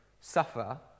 suffer